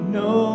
no